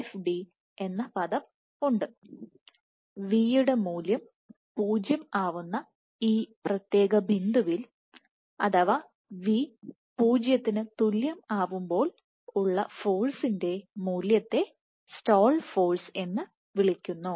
v യുടെ മൂല്യം 0 ആവുന്ന ഈ പ്രത്യേക ബിന്ദുവിൽ അഥവാ v പൂജ്യത്തിന് തുല്യം ആവുമ്പോൾ ഉള്ള ഫോഴ്സിൻറെ മൂല്യത്തെ സ്റ്റാൾ ഫോഴ്സ് എന്ന് വിളിക്കുന്നു